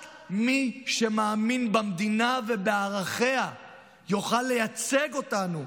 רק מי שמאמין במדינה ובערכיה יוכל לייצג אותנו